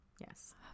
Yes